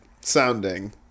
sounding